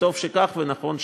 וטוב שכך ונכון שכך.